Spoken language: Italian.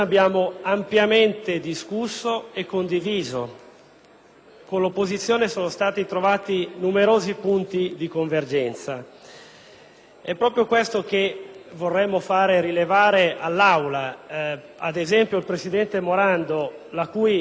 Con l'opposizione sono stati trovati numerosi punti di convergenza ed è proprio questo che vorremmo far rilevare all'Assemblea. Ad esempio, lo stesso presidente Morando, la cui competenza